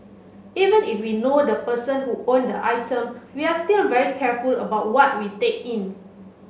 even if we know the person who owned the item we're still very careful about what we take in